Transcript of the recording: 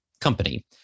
company